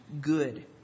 good